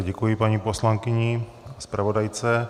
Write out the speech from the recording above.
Děkuji paní poslankyni a zpravodajce.